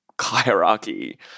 hierarchy